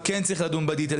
אבל כן צריך לדון בפרטים.